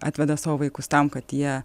atveda savo vaikus tam kad jie